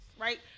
right